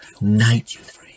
night